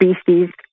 species